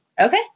Okay